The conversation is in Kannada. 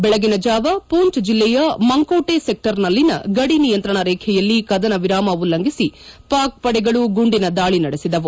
ಬೆಳಗಿನ ಜಾವ ಪೂಂಚ್ ಜಿಲ್ಲೆಯ ಮಂಕೋಟೆ ಸೆಕ್ಟರ್ನಲ್ಲಿನ ಗಡಿ ನಿಯಂತ್ರಣ ರೇಖೆಯಲ್ಲಿ ಕದನ ವಿರಾಮ ಉಲ್ಲಂಘಿಸಿ ಪಾಕ್ ಪಡೆಗಳು ಗುಂಡಿನ ದಾಳಿ ನಡೆಸಿದವು